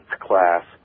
class